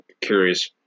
curious